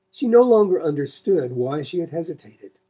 she no longer understood why she had hesitated.